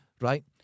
Right